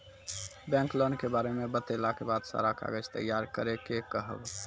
Bank loan के बारे मे बतेला के बाद सारा कागज तैयार करे के कहब?